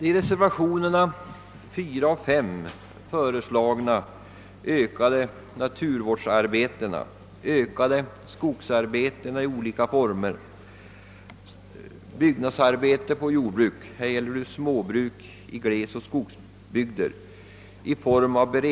I reservationerna 2 och 5 föreslås beredskapsarbeten i form av ökade naturvårdsarbeten, skogsarbeten i olika former och byggnadsarbeten på småbruk i glesoch skogsbygder.